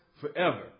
forever